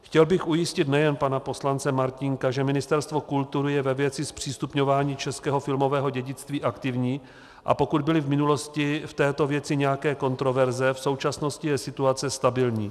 Chtěl bych ujistit nejen pana poslance Martínka, že Ministerstvo kultury je ve věci zpřístupňování českého filmového dědictví aktivní, a pokud byly v minulosti v této věci nějaké kontroverze, v současnosti je situace stabilní.